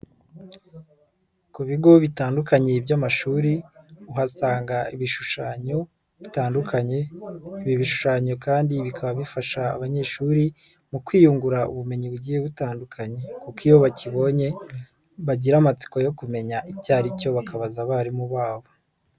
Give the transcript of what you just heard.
Ku bigo bitandukanye by'amashuri, uhasanga ibishushanyo bitandukanye, ibi bishushanyo kandi bikaba bifasha abanyeshuri mu kwiyungura ubumenyi bugiye butandukanye kuko iyo bakibonye bagira amatsiko yo kumenya icyo ari cyo, bakabaza abarimu babo.